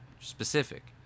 specific